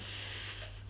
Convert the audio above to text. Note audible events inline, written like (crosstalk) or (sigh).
(laughs)